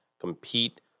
compete